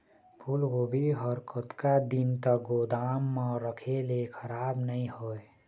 फूलगोभी हर कतका दिन तक गोदाम म रखे ले खराब नई होय?